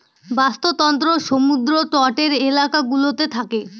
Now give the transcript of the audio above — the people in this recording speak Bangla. বাস্তুতন্ত্র সমুদ্র তটের এলাকা গুলোতে থাকে